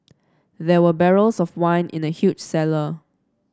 there were barrels of wine in the huge cellar